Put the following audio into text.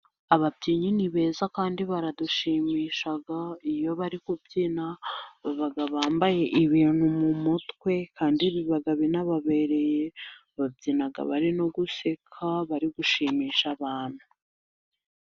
Ababyinnyi ni beza kandi baradushimisha iyo bari kubyina bambaye ibintu mu mutwe. Kandi biba binababereye babyina bari no guseka bari gushimisha abantu.